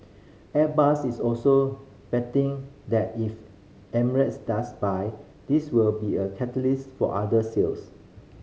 airbus is also betting that if Emirates does buy this will be a catalyst for other sales